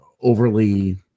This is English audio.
overly